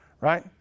right